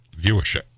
viewership